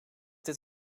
dit